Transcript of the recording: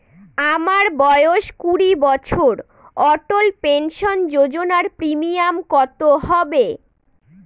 আমার বয়স কুড়ি বছর অটল পেনসন যোজনার প্রিমিয়াম কত হবে?